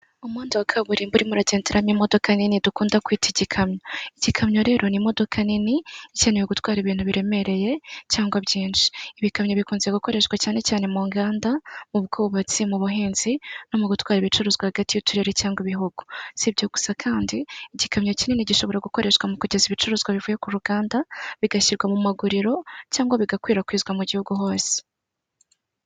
Umuhanda wa kaburimbo urimo uragenderamo imodoka nini dukunda kwita igikamyo , igikamyo rero ni imodoka nini igenewe gutwara ibintu biremereye cyangwa byinshi ibikamyo bikunze gukoreshwa cyane cyane mu nganda, mu bwubatsi ,mu buhinzi no mu gutwara ibicuruzwa hagati y'uturere cyangwa ibihugu sibyo gusa kandi igikamyo kinini gishobora gukoreshwa mu kugeza ibicuruzwa bivuye ku ruganda bigashyirwa mu maguriro cyangwa bigakwirakwizwa mu gihugu hose .